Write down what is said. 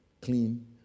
clean